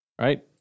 right